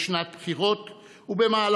היינו צריכים לחגוג את הרגע הזה, את העובדה